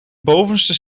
bovenste